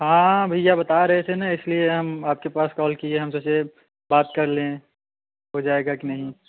हाँ हाँ भैया बता रहे थे ना इसलिए हम आपके पास कॉल किए हम सोचे बात कर लें हो जाएगा कि नहीं